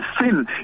sin